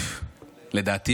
לדעתי,